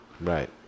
Right